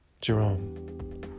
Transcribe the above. Jerome